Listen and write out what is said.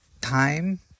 time